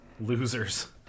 losers